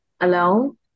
alone